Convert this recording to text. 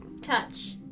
touch